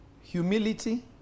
Humility